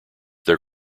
their